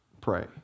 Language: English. pray